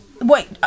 wait